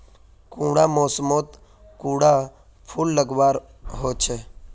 कुंडा मोसमोत कुंडा फुल लगवार होछै?